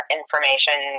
information